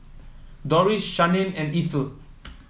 Doris Shannen and Ethel